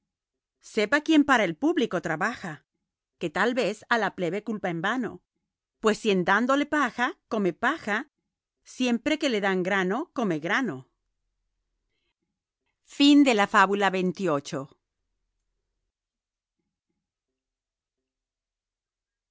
sepa quien para el público trabaja que tal vez a la plebe culpa en vano pues si en dándole paja come paja siempre que la dan grano come grano fábula